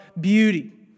beauty